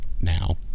Now